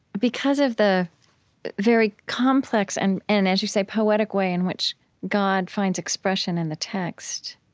because of the very complex and, and as you say, poetic way in which god finds expression in the text,